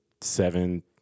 seven